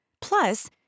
Plus